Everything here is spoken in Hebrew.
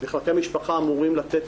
מחלקי משפחה אמורים לתת